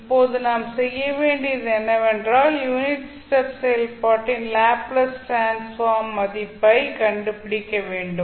இப்போது நாம் செய்ய வேண்டியது என்னவென்றால் யூனிட் ஸ்டெப் செயல்பாட்டின் லாப்ளேஸ் டிரான்ஸ்ஃபார்ம் மதிப்பைக் கண்டுபிடிக்க வேண்டும்